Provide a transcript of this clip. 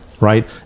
right